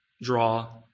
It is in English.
draw